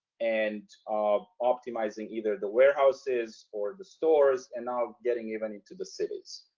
and um optimizing either the warehouses or the stores and now getting even into the cities.